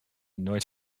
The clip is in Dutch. nooit